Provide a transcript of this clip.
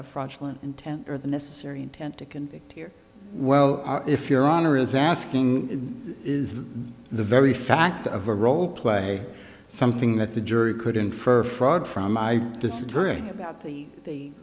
a fraudulent intent or the necessary intent to convict here well if your honor is asking is the very fact of a role play something that the jury could infer fraud from my disappearing about the